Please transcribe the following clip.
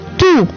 two